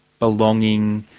belonging,